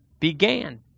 Began